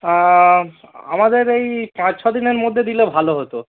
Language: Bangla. আমাদের এই পাঁচ ছ দিনের মধ্যে দিলে ভালো হতো